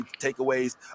takeaways